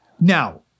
Now